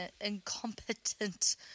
incompetent